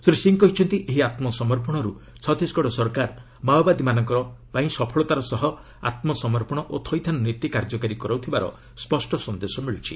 ଶ୍ରୀ ସିଂ କହିଛନ୍ତି ଏହି ଆତ୍ମସମର୍ପଣରୁ ଛତିଶଗଡ଼ ସରକାର ମାଓବାଦୀମାନଙ୍କପାଇଁ ସଫଳତାର ସହ ଆତ୍କସମର୍ପଣ ଓ ଥଇଥାନ ନୀତି କାର୍ଯ୍ୟକାରୀ କରାଉଥିବାର ସ୍ୱଷ୍ଟ ସନ୍ଦେଶ ମିଳୁଛି